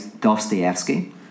Dostoevsky